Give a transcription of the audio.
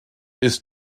ist